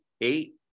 eight